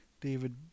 David